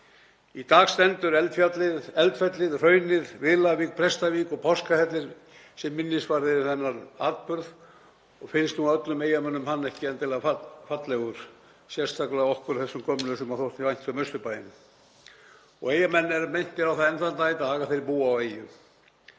Í dag standa Eldfellið, hraunið, Villavík, Prestavík og Páskahellir sem minnisvarði um þennan atburð og finnst nú öllum Eyjamönnum hann ekki endilega fallegur, sérstaklega okkur þessum gömlu sem þótti vænt um austurbæinn. Eyjamenn eru minntir á það enn þann dag í dag að þeir búa á eyju.